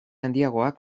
handiagoak